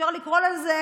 אפשר לקרוא לזה